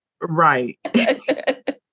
right